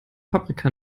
paprika